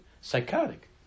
Psychotic